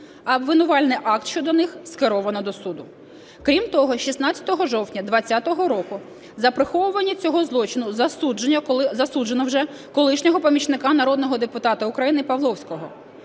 а обвинувальний акт щодо них скеровано до суду. Крім того 16 жовтня 20-го року за приховування цього злочину засуджено вже колишнього помічника народного депутата України Павловського.